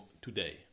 today